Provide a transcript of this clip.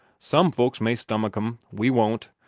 some folks may stomach em we won't.